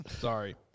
Sorry